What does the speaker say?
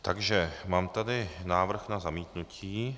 Takže mám tady návrh na zamítnutí.